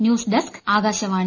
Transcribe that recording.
news desk Akashvani